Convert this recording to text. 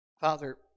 Father